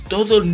Todo